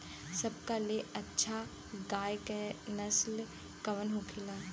सबका ले अच्छा गाय के नस्ल कवन होखेला?